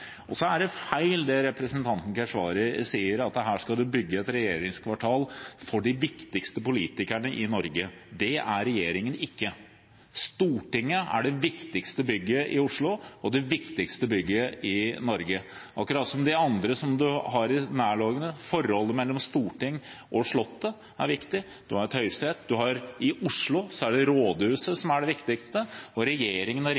Så er det feil det som representanten Keshvari sier, at her skal du bygge et regjeringskvartal for «de viktigste» politikerne i Norge. Det er regjeringen ikke. Stortinget er det viktigste bygget i Oslo og det viktigste bygget i Norge – akkurat som de andre du har i nærheten: Forholdet mellom Stortinget og Slottet er viktig, og du har Høyesterett. I Oslo er det Rådhuset som er det viktigste, og regjeringen og regjeringskvartalene må finne sin form i